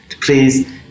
Please